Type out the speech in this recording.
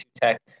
tech